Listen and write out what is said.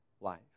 life